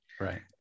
Right